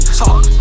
talk